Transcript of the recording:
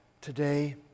today